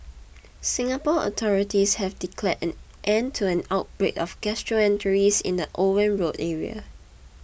Singapore authorities have declared an end to an outbreak of gastroenteritis in the Owen Road area